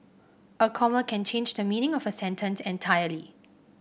a comma can change the meaning of a sentence entirely